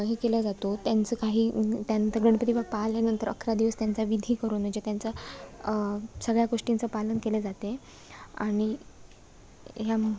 हे केला जातो त्यांचं काही त्यानंतर गणपती बाप्पा आल्यानंतर अकरा दिवस त्यांचा विधी करून म्हणजे त्यांचा सगळ्या गोष्टींचं पालन केले जाते आणि या